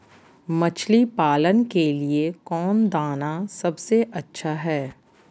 मछली पालन के लिए कौन दाना सबसे अच्छा है?